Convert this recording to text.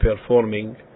performing